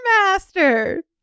master